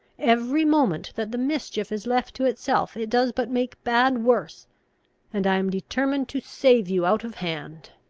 every moment that the mischief is left to itself, it does but make bad worse and i am determined to save you out of hand.